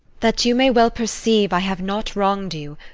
that you may well perceive i have not wrong'd you!